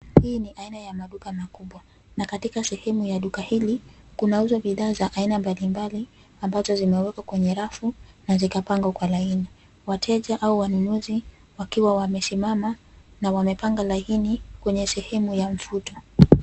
Hii ni aina ya maduka makubwa na katika sehemu ya duka hili kunauzwa bidhaa za aina mbalimbali ambazo zimewekwa kwenye rafu za zikapangwa kwa laini. Wateja au wanunuzi wakiwa wamesimama na wamepanga laini kwenye sehemu ya mvuto.